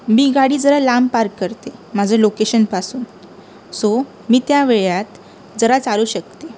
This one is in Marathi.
मी गाडी जरा लांब पार्क करते माझं लोकेशनपासून सो मी त्या वेळात जरा चालू शकते